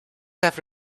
have